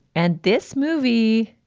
and this movie,